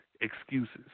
excuses